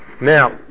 Now